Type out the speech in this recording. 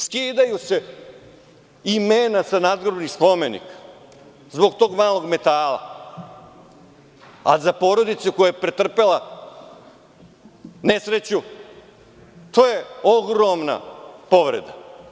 Skidaju se imena sa nadgrobnih spomenka zbog tog malog metala, a za porodicu koja je pretrpela nesreću to je ogromna povreda.